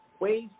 ways